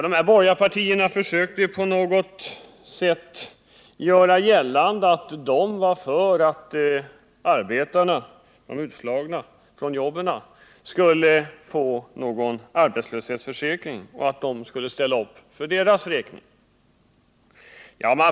De borgerliga partierna försökte på något sätt göra gällande att de var för att arbetarna, de från jobben utslagna, skulle få en arbetslöshetsförsäkring och att de borgerliga skulle ställa upp för deras räkning.